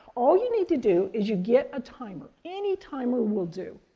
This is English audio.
all you need to do is you get a timer. any timer will do.